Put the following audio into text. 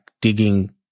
digging